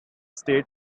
state